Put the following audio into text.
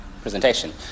presentation